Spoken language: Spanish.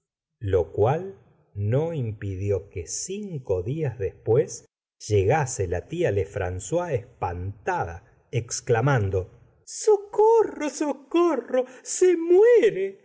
lo cual no impidió que cinco días después llegase la tia lefrancois espantada exclamando socorro socorro se muere